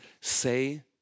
say